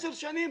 עשר שנים,